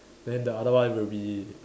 then the other one will be